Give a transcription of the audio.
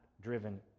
driven